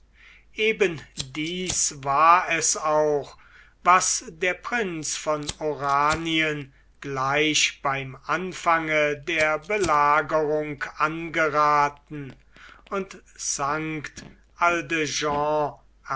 eben dies war es auch was der prinz von oranien gleich beim anfange der belagerung angerathen und st